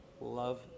Love